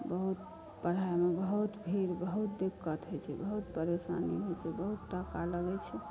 बहुत पढ़ाइमे बहुत भीड़ बहुत दिक्कत होइत छै बहुत परेशानी होइत छै बहुत टका लगैत छै